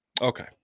okay